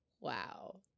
Wow